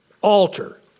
alter